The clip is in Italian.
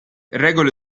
regole